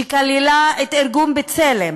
שכללה את "בצלם",